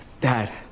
Dad